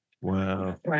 Wow